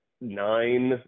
nine